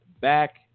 back